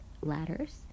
ladders